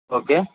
okay